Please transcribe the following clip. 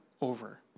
over